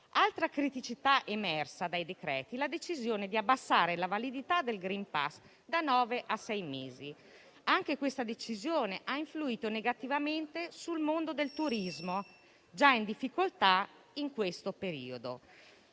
Un'altra criticità emersa dai decreti riguarda la decisione di abbassare la validità del *green pass* da nove a sei mesi. Anche questa decisione ha influito negativamente sul mondo del turismo, già in difficoltà in questo periodo.